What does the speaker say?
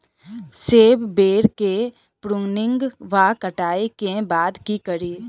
सेब बेर केँ प्रूनिंग वा कटाई केँ बाद की करि?